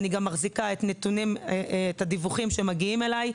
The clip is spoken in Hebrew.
ואני גם מחזיקה את הדיווחים שמגיעים אליי.